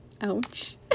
ouch